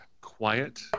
quiet